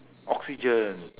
oxygen